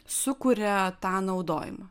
sukuria tą naudojimą